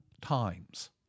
times